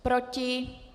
Proti?